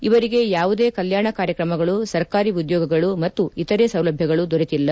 ಇವರಿಗೆ ಯಾವುದೇ ಕಲ್ಯಾಣ ಕಾರ್ಯಕ್ರಮಗಳು ಸರ್ಕಾರಿ ಉದ್ನೋಗಗಳು ಮತ್ತು ಇತರ ಸೌಲಭ್ಯಗಳು ದೊರೆತಿಲ್ಲ